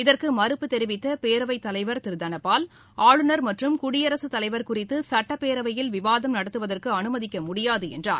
இதற்குமறுப்பு தெரிவித்தபேரவைத் தலைவர் திருதனபால் ஆளுநர் மற்றும் குடியசுத் தலைவர் குறித்துசட்டப்பேரவையில் விவாதம் நடத்துவதற்குஅனுமதிக்கமுடியாதுஎன்றார்